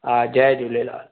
हा जय झूलेलाल